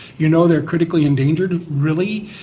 you know they are critically endangered? really?